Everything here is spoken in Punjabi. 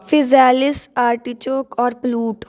ਫੀਜੈਲੀਸ ਆਰਟੀਚੋਕ ਔਰ ਪਲੂਟ